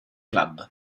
club